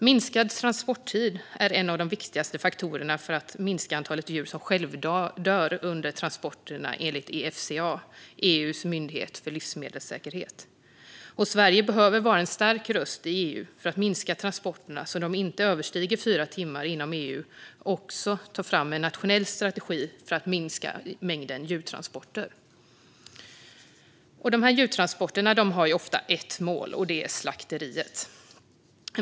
Minskad transporttid är en av de viktigaste faktorerna för att minska antalet djur som självdör under transporter, enligt Efsa, EU:s myndighet för livsmedelssäkerhet. Sverige behöver vara en stark röst i EU för att minska transporterna så de inte överstiger fyra timmar inom EU och också ta fram en nationell strategi för att minska mängden djurtransporter. De här djurtransporterna har ofta ett mål, och det är slakteriet.